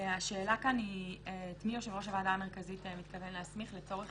השאלה כאן היא את מי יושב-ראש הוועדה המרכזית מתכוון להסמיך לצורך